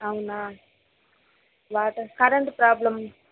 అవునా water current problem